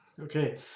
Okay